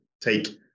take